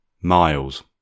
Miles